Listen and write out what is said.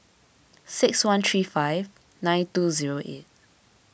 six one three five nine two zero eight